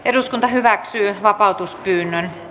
eduskunta hyväksyi vapautuspyynnön